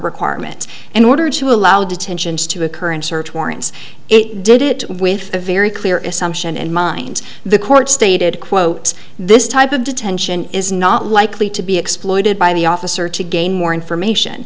requirement in order to allow detentions to occur and search warrants it did it with a very clear assumption in mind the court stated quote this type of detention is not likely to be exploited by the officer to gain more information